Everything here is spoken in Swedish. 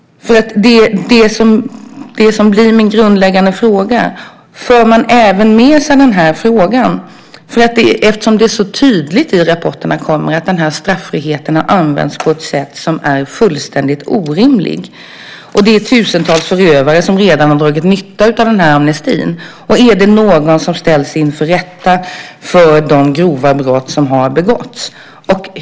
Det som blir min grundläggande fråga är: För man med sig även den här frågan? Det är så tydligt i rapporterna att straffriheten har använts på ett sätt om är fullständigt orimligt. Det är tusentals förövare som redan har dragit nytta av amnestin. Är det någon som ställs inför rätta för de grova brott som har begåtts?